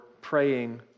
praying